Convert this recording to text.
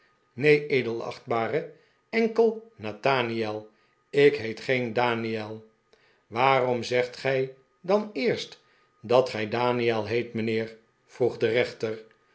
neen edelachtbare enkel nathaniel ik heet geen daniel waarom zegt gij dan eerst dat gij daniel heet mijnheer vroeg de rechter